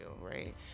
right